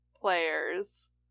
players